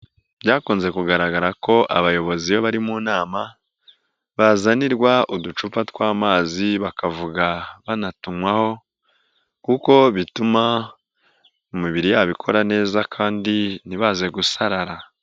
Byakunze kugaragara ko abayobozi iyo bari mu nama bazanirwa uducupa tw'amazi bakavuga banatunywaho kuko bituma imibiri yabo ikora neza kandi ntibaze gusarara.